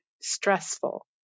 stressful